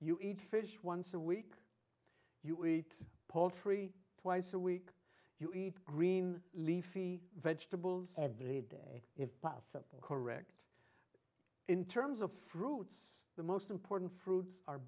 you eat fish once a week you eat poultry twice a week you eat green leafy vegetables every day if possible correct in terms of fruits the most important fruits are